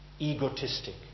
egotistic